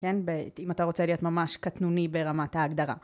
אם אתה רוצה להיות ממש קטנוני ברמת ההגדרה.